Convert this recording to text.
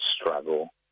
struggle